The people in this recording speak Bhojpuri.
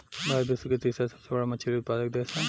भारत विश्व के तीसरा सबसे बड़ मछली उत्पादक देश ह